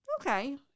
Okay